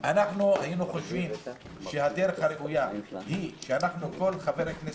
היינו חושבים שהדרך הראויה היא שכל חבר כנסת,